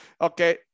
Okay